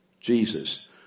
Jesus